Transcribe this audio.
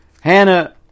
Hannah